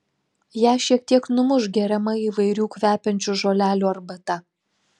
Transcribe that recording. ją šiek tiek numuš geriama įvairių kvepiančių žolelių arbata